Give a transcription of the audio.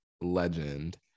Legend